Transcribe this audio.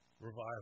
revival